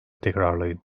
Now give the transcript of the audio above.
tekrarlayın